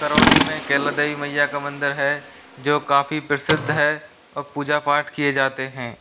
करौली में कैला देवी मय्या का मंदिर है जो काफ़ी प्रसिद्ध है और पूजा पाठ किए जाते हैं